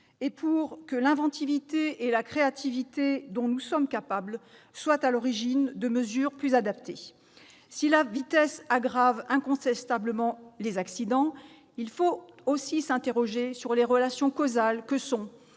et pour que l'inventivité et la créativité dont nous sommes capables soient à l'origine de mesures plus adaptées. Si la vitesse aggrave incontestablement les accidents, il faut aussi s'interroger sur les relations causales que sont